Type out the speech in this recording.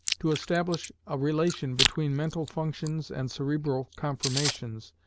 to establish a relation between mental functions and cerebral conformations,